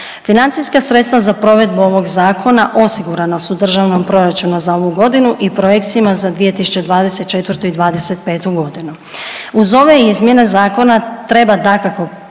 Financijska sredstva za provedbu ovog zakona osigurana su u Državnom proračunu za ovu godinu i projekcijama za 2024. i 2025. godinu. Uz ove izmjene zakona treba dakako